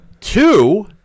Two